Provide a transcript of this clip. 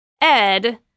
Ed